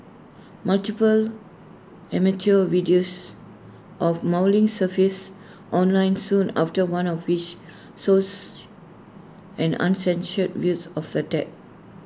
multiple amateur videos of mauling surfaced online soon after one of which shows an uncensored views of attack